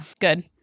Good